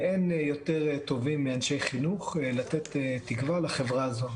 ואין יותר טובים מאנשי חינוך לתת תקווה לחברה הזו.